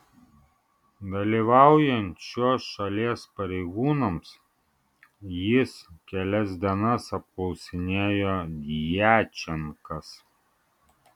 dalyvaujant šios šalies pareigūnams jis kelias dienas apklausinėjo djačenkas